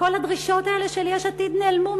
כל הדרישות האלה של יש עתיד נעלמו.